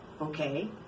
Okay